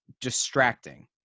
distracting